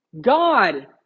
God